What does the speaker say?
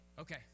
okay